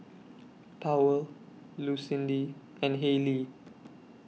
Powell Lucindy and Haylie